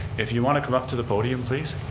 if you want to come up to the podium please.